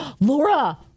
Laura